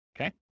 Okay